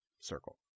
Circle